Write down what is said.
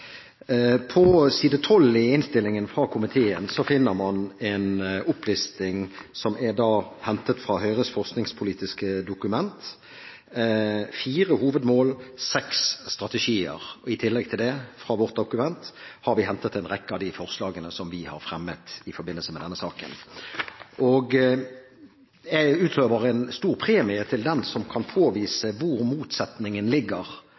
På side 12 i innstillingen fra komiteen finner man en opplisting som er hentet fra Høyres forskningspolitiske dokument – fire hovedmål og seks strategier. I tillegg til det har vi hentet en rekke av de forslagene som vi har fremmet i forbindelse med denne saken fra vårt dokument. Jeg utlover en stor premie til den som kan påvise hvor motsetningen ligger